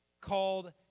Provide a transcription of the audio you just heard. Called